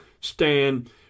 stand